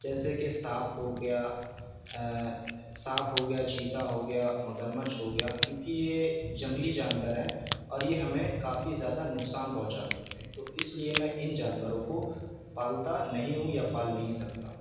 جیسے کہ سانپ ہو گیا سانپ ہو گیا چیتا ہو گیا مگرمچھ ہو گیا کیونکہ یہ جنگلی جانور ہیں اور یہ ہمیں کافی زیادہ نقصان پہنچا سکتے ہیں تو اس لیے میں ان جانوروں کو پالتا نہیں ہوں یا پال نہیں سکتا ہوں